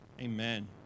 Amen